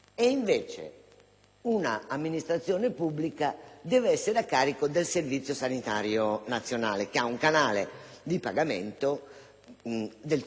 una amministrazione pubblica è a carico del Servizio sanitario nazionale, che ha un canale di pagamento del tutto diverso.